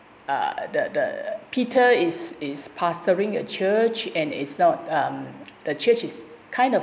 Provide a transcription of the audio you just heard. uh the the peter is is pastoring a church and it's not um the church is kind of